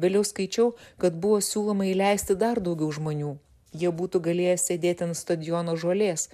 vėliau skaičiau kad buvo siūloma įleisti dar daugiau žmonių jie būtų galėję sėdėti ant stadiono žolės